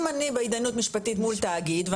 אם אני בהתדיינות משפטית מול תאגיד,